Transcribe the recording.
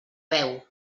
veu